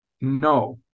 No